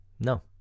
no